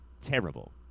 terrible